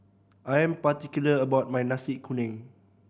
I am particular about my Nasi Kuning